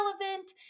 relevant